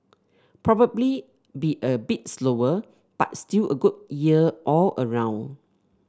probably be a bit slower but still a good year all around